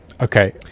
Okay